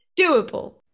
doable